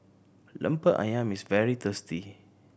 Lemper Ayam is very tasty